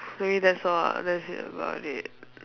maybe that's all ah that's it about it